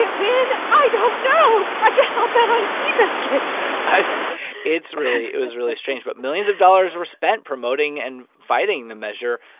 win? i don't know. i guess i'll bet on seabiscuit i it's really it was really strange. but millions of dollars were spent promoting and fighting the measure.